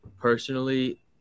personally